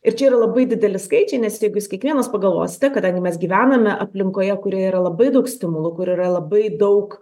ir čia yra labai dideli skaičiai nes jeigu jūs kiekvienas pagalvosite kadangi mes gyvename aplinkoje kurioje yra labai daug stimulų kur yra labai daug